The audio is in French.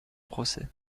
procès